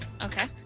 Okay